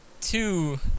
two